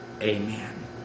Amen